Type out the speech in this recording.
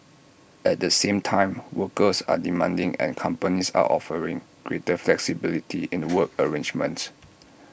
at the same time workers are demanding and companies are offering greater flexibility in work arrangements